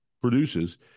produces